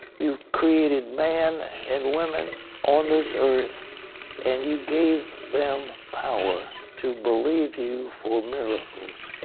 you created man and women on this earth and you gave them power to believe you for miracles.